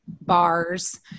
bars